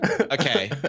okay